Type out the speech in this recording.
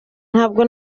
ntabwo